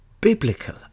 biblical